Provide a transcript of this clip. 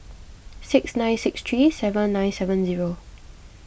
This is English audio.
six nine six three seven nine seven zero